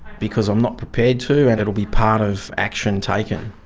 because i'm not prepared to and it will be part of action taken.